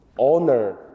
Honor